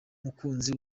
mukunzi